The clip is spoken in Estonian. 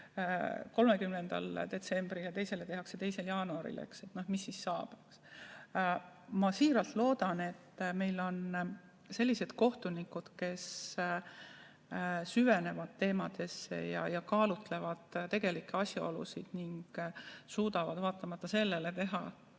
30. detsembril ja teisele 2. jaanuaril, ning mis siis saab. Ma siiralt loodan, et meil on sellised kohtunikud, kes süvenevad teemasse ja kaaluvad tegelikke asjaolusid ning suudavad teha sisukad,